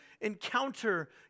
encounter